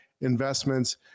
investments